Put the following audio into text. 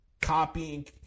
copying